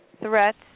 threats